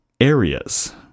areas